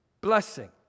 blessing